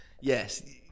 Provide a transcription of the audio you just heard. Yes